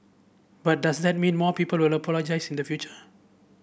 but does that mean more people will apologise in the future